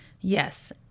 Yes